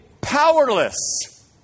powerless